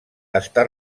està